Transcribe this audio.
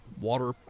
water